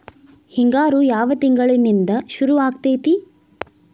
ಹಿಂಗಾರು ಯಾವ ತಿಂಗಳಿನಿಂದ ಶುರುವಾಗತೈತಿ?